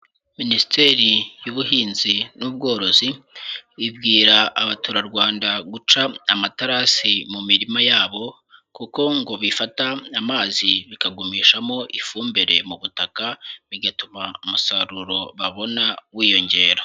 Minisiteri y'Ubuhinzi n'Ubworozi ibwira abaturarwanda guca amatarasi mu mirima yabo kuko ngo bifata amazi bikagumishamo ifumbire mu butaka bigatuma umusaruro babona wiyongera.